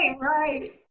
right